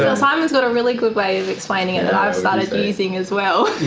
ah simon's got a really good way of explaining it that i've started using as well.